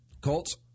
Colts